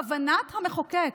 כוונת המחוקק.